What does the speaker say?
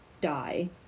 die